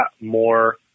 more